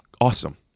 awesome